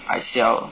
I sell